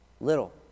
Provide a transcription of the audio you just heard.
Little